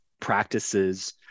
practices